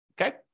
okay